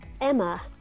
Emma